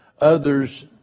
others